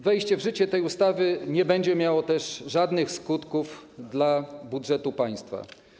Wejście w życie tej ustawy nie będzie miało też żadnych skutków dla budżetu państwa.